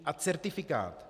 A certifikát.